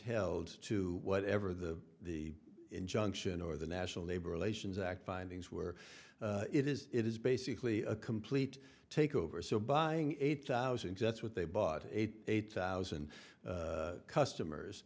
held to whatever the the injunction or the national labor relations act findings were it is it is basically a complete takeover so buying eight thousand sets what they bought eight eight thousand customers